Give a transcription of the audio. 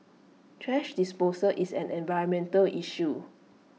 thrash disposal is an environmental issue